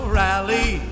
rally